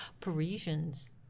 Parisians